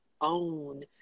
own